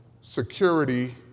security